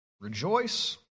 Rejoice